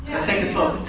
let's take this vote.